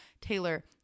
Taylor